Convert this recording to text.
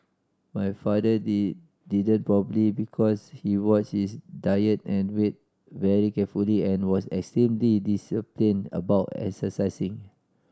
my father didn't probably because he watch his diet and weight very carefully and was extremely disciplined about exercising